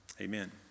Amen